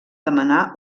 demanar